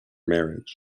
marriage